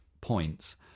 points